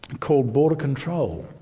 called border control,